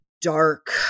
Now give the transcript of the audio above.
dark